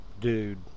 dude